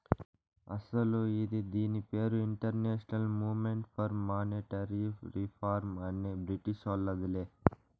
అస్సలు ఇది దీని పేరు international movement for monetary reform అనే బ్రిటీషోల్లదిలే